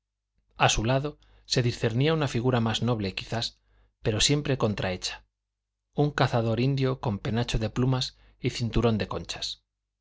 a su lado se discernía una figura más noble quizá pero siempre contrahecha un cazador indio con penacho de plumas y cinturón de conchas